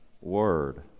word